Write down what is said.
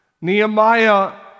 Nehemiah